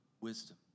wisdom